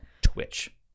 Twitch